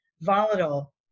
Volatile